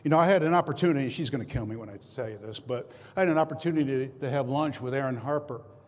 and i had an opportunity she's going to kill me when i tell you this. but i had an opportunity to have lunch with erin harper,